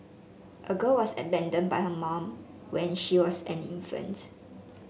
a girl was abandoned by her mom when she was an infant